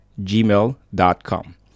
gmail.com